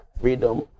freedom